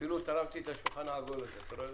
אפילו תרמתי את השולחן האליפטי הזה, ולא הצלחנו.